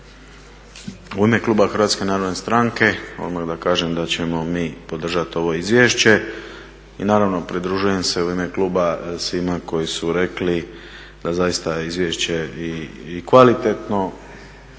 U ime kluba Hrvatske narodne stranke odmah da kažem da ćemo mi podržati ovo izvješće i naravno pridružujem se u ime kluba svima koji su rekli da zaista izvješće i kvalitetno,